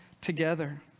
together